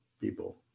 people